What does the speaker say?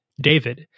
David